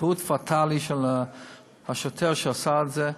טעות פטאלית של השוטר שעשה את זה.